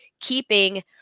keeping